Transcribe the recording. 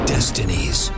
Destinies